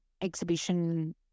exhibition